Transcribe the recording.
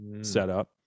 setup